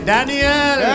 Daniel